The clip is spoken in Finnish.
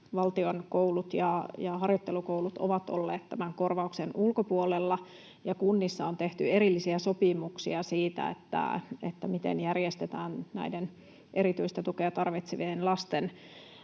valtion koulut ja harjoittelukoulut ovat olleet tämän korvauksen ulkopuolella ja kunnissa on tehty erillisiä sopimuksia siitä, miten järjestetään näiden erityistä tukea tarvitsevien lasten